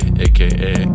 aka